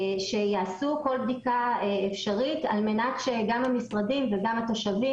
שיעשו כל בדיקה אפשרית על מנת שגם המשרדים וגם התושבים